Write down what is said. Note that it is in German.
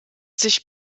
sich